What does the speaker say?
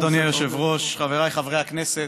אדוני היושב-ראש, חבריי חברי הכנסת,